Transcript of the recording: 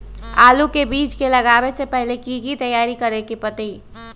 आलू के बीज के लगाबे से पहिले की की तैयारी करे के परतई?